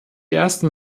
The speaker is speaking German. ersten